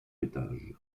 étage